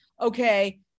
okay